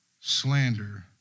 slander